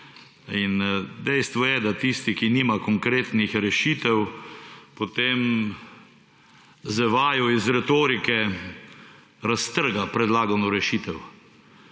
In dejstvo je, da tisti, ki nima konkretnih rešitev, potem z vajo iz retorike raztrga predlagano rešitev.